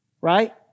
right